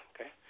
okay